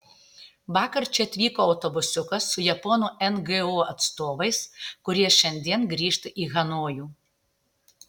vakar čia atvyko autobusiukas su japonų ngo atstovais kurie šiandien grįžta į hanojų